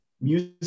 music